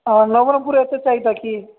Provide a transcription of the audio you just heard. ହଁ ନବରଙ୍ଗପୁର ଏତେ ଚାହିଦା କି